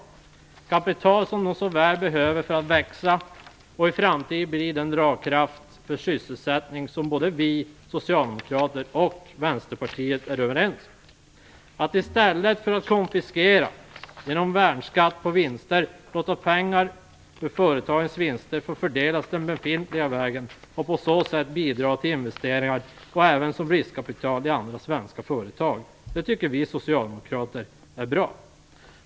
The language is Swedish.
Det är kapital som de så väl behöver för att växa och i framtiden bli den dragkraft för sysselsättning som både Socialdemokraterna och Vänsterpartiet är överens om. I stället för att konfiskera pengar genom värnskatt på vinster skall man låta pengar ur företagens vinster få fördelas den befintliga vägen och på så sätt bidra till investeringar och även till riskkapital i andra svenska företag. Det tycker vi socialdemokrater är bra.